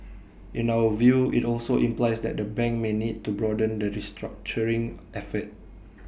in our view IT also implies that the bank may need to broaden the restructuring effort